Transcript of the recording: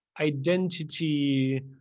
identity